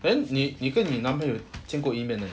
then 你你跟你男朋友见过一面而已